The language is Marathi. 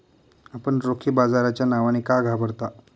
आपण रोखे बाजाराच्या नावाने का घाबरता?